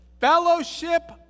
Fellowship